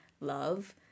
love